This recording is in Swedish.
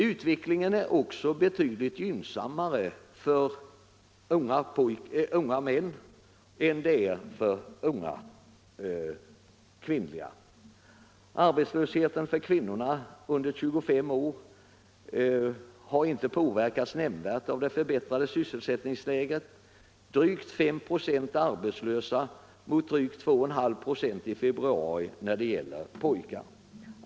Utvecklingen är betydligt gynnsammare för unga män än för unga kvinnor. Arbetslösheten för kvinnor under 25 år har inte påverkats nämnvärt av det förbättrade sysselsättningsläget. Drygt 5 96 är arbetslösa i februari i år mot drygt 2,5 96 för pojkar.